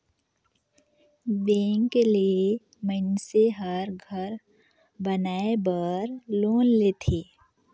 bank ले मइनसे हर घर बनाए बर लोन लेथे